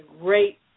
great